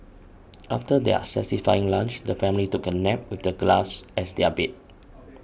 after their satisfying lunch the family took a nap with the grass as their bed